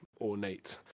ornate